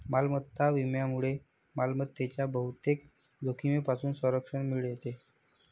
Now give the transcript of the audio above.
मालमत्ता विम्यामुळे मालमत्तेच्या बहुतेक जोखमींपासून संरक्षण मिळते